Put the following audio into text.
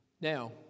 Now